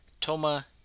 Toma